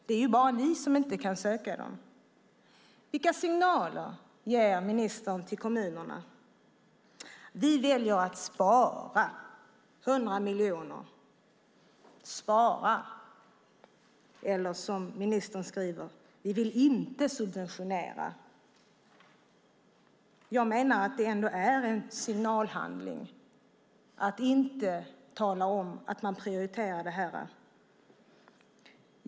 Det är bara ni som inte kan söka dem. Vilka signaler ger ministern till kommunerna? Vi väljer att spara 100 miljoner. Ministern skriver: Vi vill inte subventionera. Jag menar att det ändå är en signalhandling att inte tala om att man prioriterar detta.